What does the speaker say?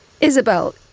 Isabel